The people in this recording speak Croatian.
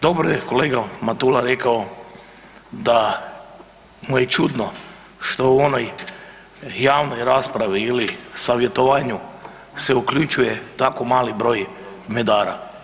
Dobro je kolega Matula rekao da mu je čudno što u onoj javnoj raspravi ili savjetovanju se uključuje tako mali broj medara.